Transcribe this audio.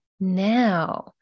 Now